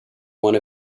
one